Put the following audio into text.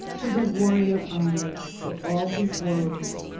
to the warrior honored, for all his woes.